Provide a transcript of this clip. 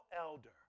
elder